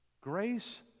Grace